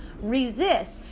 resist